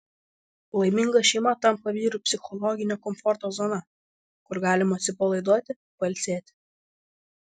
laiminga šeima tampa vyrui psichologinio komforto zona kur galima atsipalaiduoti pailsėti